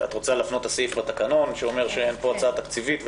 את רוצה להפנות לסעיף בתקנון שאומר שאין פה הצעה תקציבית,